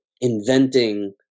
inventing